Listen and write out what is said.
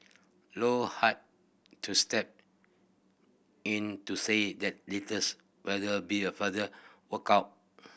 low had to step in to say that details whether be a further worked out